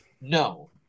no